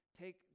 take